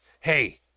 hey